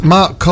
Mark